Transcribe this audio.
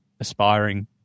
aspiring